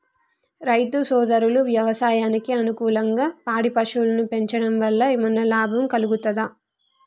రైతు సోదరులు వ్యవసాయానికి అనుకూలంగా పాడి పశువులను పెంచడం వల్ల ఏమన్నా లాభం కలుగుతదా?